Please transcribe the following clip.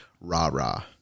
rah-rah